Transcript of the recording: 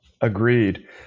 agreed